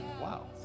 Wow